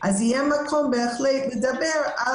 אז יהיה מקום בהחלט לדבר.